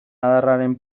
adarraren